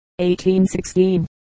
1816